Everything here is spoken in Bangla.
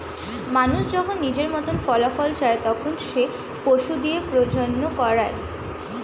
মানুষ যখন নিজের মতন ফলাফল চায়, তখন সে পশু দিয়ে প্রজনন করায়